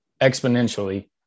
exponentially